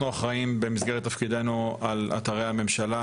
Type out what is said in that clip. אנחנו אחראים במסגרת תפקידנו על אתרי הממשלה